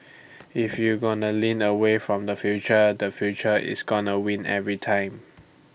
if you gonna lean away from the future the future is gonna win every time